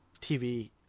TV